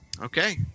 okay